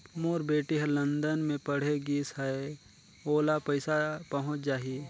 मोर बेटी हर लंदन मे पढ़े गिस हय, ओला पइसा पहुंच जाहि?